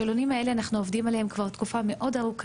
אנחנו עובדים על השאלונים האלה כבר תקופה ארוכה